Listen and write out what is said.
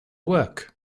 work